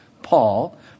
Paul